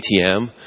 ATM